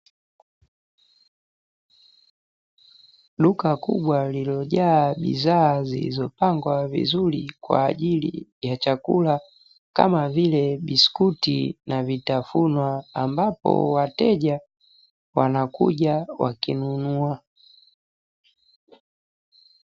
Duka kubwa lililojaa bidhaa zilizopangwa vizuri kwa ajili ya chakula, kama vile bisukuti na vitafunwa; ambapo wateja wanakuja wakinunua.